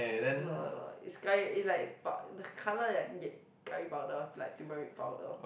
not a lot is curry like pow~ the colour like get curry powder or like turmeric powder